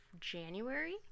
January